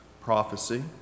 Prophecy